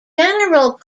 general